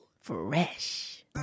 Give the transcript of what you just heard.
Fresh